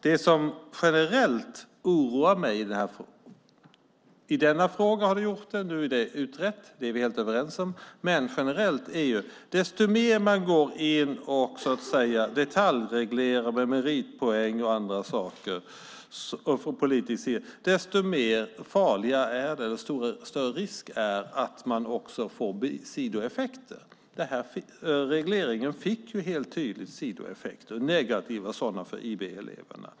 Det som generellt oroar mig i denna fråga - nu är det utrett, det är vi helt överens om - är att ju mer man från politisk sida går in och detaljreglerar med meritpoäng och andra saker, desto större blir risken för att man också får sidoeffekter. Den här regleringen fick ju helt tydligt negativa sidoeffekter för IB-eleverna.